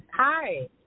Hi